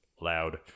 loud